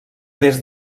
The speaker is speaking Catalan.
des